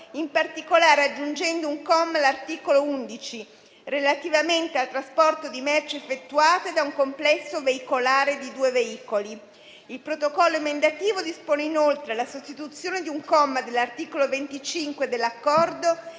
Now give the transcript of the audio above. in particolare aggiungendo un comma all'articolo 11, relativamente al trasporto di merci effettuato da un complesso veicolare di due veicoli. Il Protocollo emendativo dispone inoltre la sostituzione di un comma dell'articolo 25 dell'Accordo,